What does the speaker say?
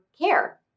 care